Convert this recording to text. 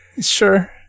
sure